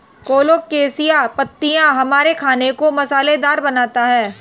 colocasia पत्तियां हमारे खाने को मसालेदार बनाता है